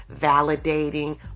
validating